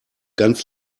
ganz